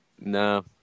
no